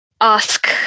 ask